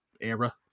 era